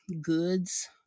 goods